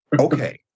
okay